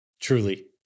Truly